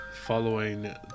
following